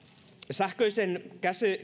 sähköisen